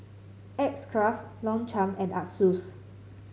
X Craft Longchamp and Asus